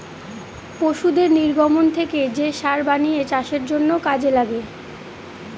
পশুদের নির্গমন থেকে যে সার বানিয়ে চাষের জন্য কাজে লাগে